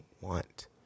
want